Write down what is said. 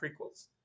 prequels